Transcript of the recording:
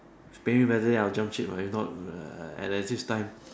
pay me better than I'll jump ship lah if not uh at this time